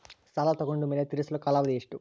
ಸಾಲ ತಗೊಂಡು ಮೇಲೆ ತೇರಿಸಲು ಕಾಲಾವಧಿ ಎಷ್ಟು?